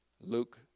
Luke